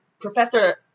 Professor